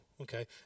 okay